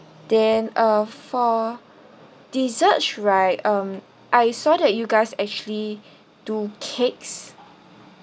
then uh for desserts right um I saw that you guys actually do cakes